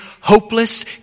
hopeless